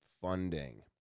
funding